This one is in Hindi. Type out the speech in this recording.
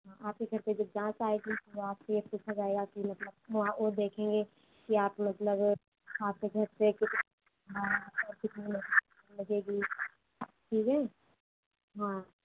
आपके घर पर जब जाँच आएगी तो आपसे यह पूछा जाएगा कि मतलब वहाँ वह देखेंगे कि आप मतलब आपके घर पर कि हाँ तार कितना लग लगेगी ठीक है हाँ